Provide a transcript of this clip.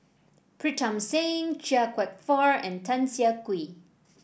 Pritam Singh Chia Kwek Fah and Tan Siah Kwee